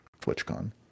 TwitchCon